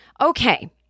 okay